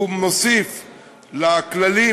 הגעתי למסקנה